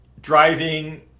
driving